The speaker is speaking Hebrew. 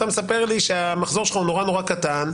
אתה מספר לי שהמחזור שלך הוא נורא-נורא קטן,